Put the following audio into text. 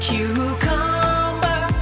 Cucumber